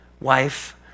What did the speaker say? wife